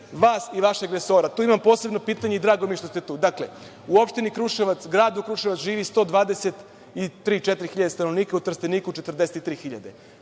vas i vašeg resora, tu imam posebno pitanje i drago mi je što ste tu. Dakle, u gradu Kruševcu živi 123-124 hiljade stanovnika, u Trsteniku 43 hiljade.